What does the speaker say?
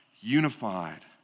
unified